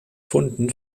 funden